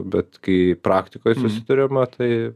bet kai praktikoj susiduriama tai